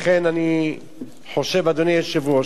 לכן אני חושב, אדוני היושב-ראש,